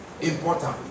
important